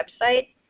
website